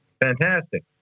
fantastic